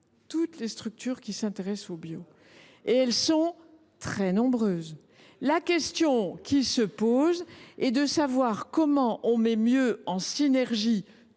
toutes les structures qui s’intéressent au bio, et elles sont très nombreuses. La question qui se pose est de savoir comment favoriser une meilleure synergie